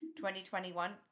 2021